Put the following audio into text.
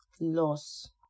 loss